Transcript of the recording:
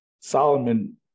Solomon